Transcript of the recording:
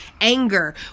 anger